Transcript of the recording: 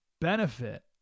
benefit